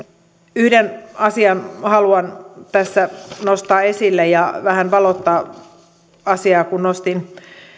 yhden asian haluan tässä nostaa esille ja vähän valottaa asiaa kun nostin